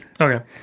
Okay